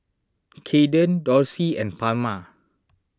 Kayden Dorsey and Palma